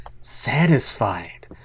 Satisfied